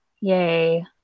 Yay